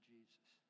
Jesus